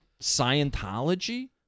Scientology